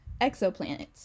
exoplanets